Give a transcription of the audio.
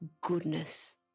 goodness